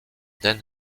den